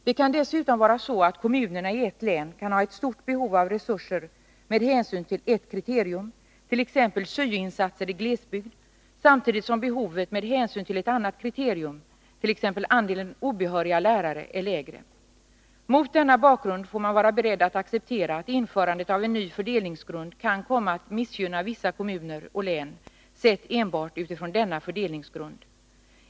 Det kan dessutom vara så att kommunerna i ett län kan ha ett stort behov av resurser med hänsyn till ett kriterium, t.ex. syo-insatser i glesbygd, samtidigt som behovet med hänsyn till ett annat kriterium, t.ex. andelen obehöriga lärare, är lägre. Mot denna bakgrund får man vara beredd att acceptera att införandet av en ny fördelningsgrund kan komma att missgynna vissa kommuner och län sett enbart utifrån denna fördelningsgrund.